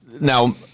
now